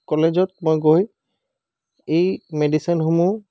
কলেজত মই গৈ এই মেডিচিনসমূহ